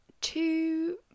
two